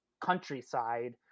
countryside